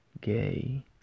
Gay